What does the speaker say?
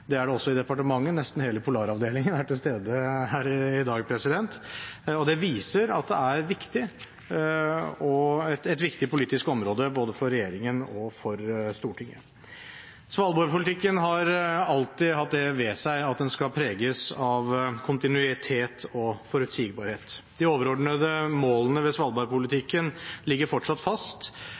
Det er det også i departementet, nesten hele Polaravdelingen er til stede her i dag. Det viser at det er et viktig politisk område både for regjeringen og for Stortinget. Svalbard-politikken har alltid hatt det ved seg at den skal preges av kontinuitet og forutsigbarhet. De overordnede målene ved Svalbard-politikken ligger fortsatt fast,